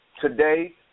Today